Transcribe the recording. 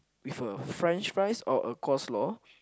with a french fries or a coleslaw